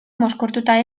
mozkortuta